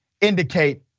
indicate